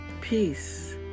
peace